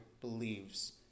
believes